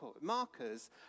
markers